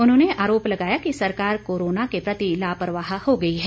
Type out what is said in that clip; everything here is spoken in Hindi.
उन्होंने आरोप लगाया कि सरकार कोरोना के प्रति लापरवाह हो गई है